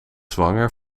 zwanger